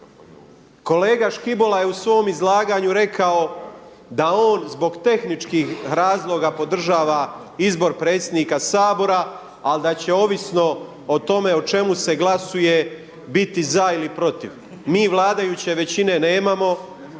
Kolega Škibola je u svom izlaganju rekao da on zbog tehničkih razloga podržava izbor predsjednika Sabora, ali da će ovisno o tome o čemu se glasuje biti za ili protiv. Mi vladajuće većine nemamo,